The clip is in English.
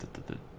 the